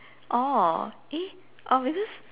oh eh oh because